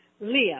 Leo